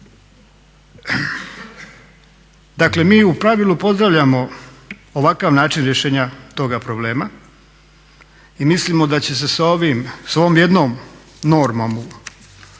Dakle mi u pravilu pozdravljamo ovakav način rješenja toga problema i mislimo da će se s ovom jednom normom u ovim